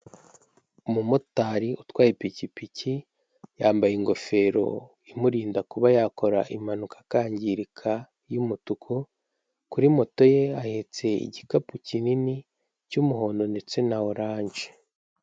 Umumotari utwaye ipikipiki yambaye ingofero imurinda kuba yakora impanuka, akangirika y'umutuku, kuri moto ye ahetse igikapu kinini cy'umuhondo ndetse na oranje.